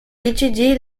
étudie